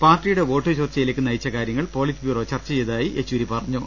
പാർട്ടിയുടെ വോട്ടുചോർച്ചയിലേക്ക് നയിച്ച കാര്യങ്ങൾ പൊളി റ്റ്ബ്യൂറോ ചർച്ച ചെയ്തതായി യെച്ചൂരി പറഞ്ഞു